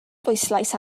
bwyslais